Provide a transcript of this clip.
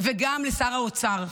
וגם לשר האוצר,